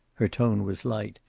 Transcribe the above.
her tone was light,